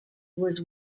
was